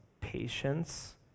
patience